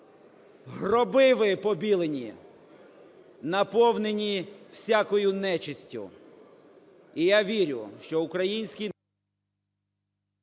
"Гроби ви побілені, наповнені всякою нечистю". І я вірю, що український…